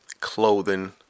clothing